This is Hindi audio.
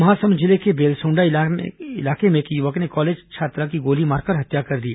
महासमुंद जिले के बेलसोंडा इलाके में एक युवक ने कॉलेज छात्रा की गोली मारकर हत्या कर दी